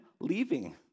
leaving